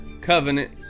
Covenant